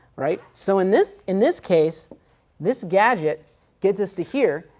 right. so in this in this case this gadget gets us to here,